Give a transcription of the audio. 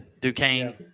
Duquesne